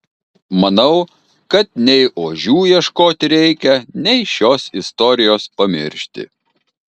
manau kad nei ožių ieškoti reikia nei šios istorijos pamiršti